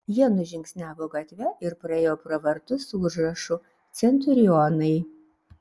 jie nužingsniavo gatve ir praėjo pro vartus su užrašu centurionai